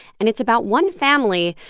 and it's about one family,